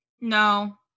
No